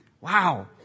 Wow